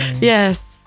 Yes